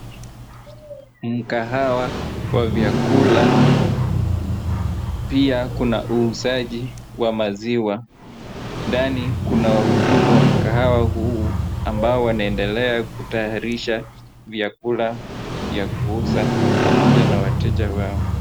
Mkahawa wa vyakula pia kuna uuzaji wa maziwa. Ndani kuna wahudumu wa mkahawa huu ambao wanaendela kutayarisha vyakula vya kuuza pamoja na wateja wao.